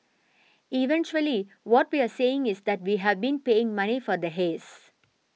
eventually what we are saying is that we have been paying money for the haze